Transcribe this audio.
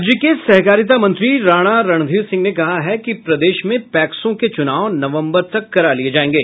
राज्य के सहकारिता मंत्री रणा रणधीर सिंह ने कहा है कि प्रदेश में पैक्सों के चुनाव नवम्बर तक करा लिये जायेंगे